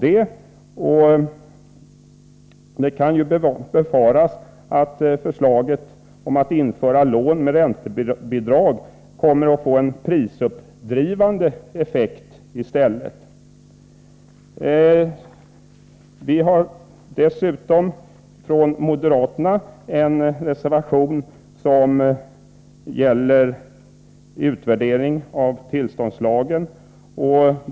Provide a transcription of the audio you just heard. Det kan befaras att förslaget om att införa lån med räntebidrag kommer att få en prisuppdrivande effekt. Från moderaterna har vi dessutom en reservation som gäller utvärdering av tillståndslagen.